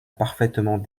parfaitement